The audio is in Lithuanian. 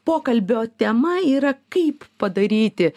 pokalbio tema yra kaip padaryti